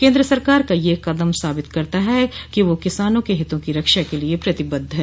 केन्द्र सरकार का यह कदम साबित करता है कि वह किसानों के हितों की रक्षा के लिए प्रतिबद्ध है